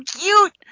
cute